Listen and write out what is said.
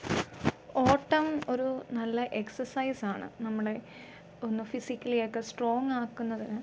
ഓട്ടം ഒരു നല്ല എക്സ്സൈസ് ആണ് നമ്മുടെ ഒന്ന് ഫിസിക്കലി ഒക്കെ സ്ട്രോങ്ങ് ആക്കുന്നതിന്